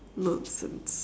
nonsense